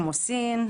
כמו סין,